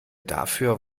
dafür